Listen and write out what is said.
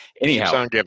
Anyhow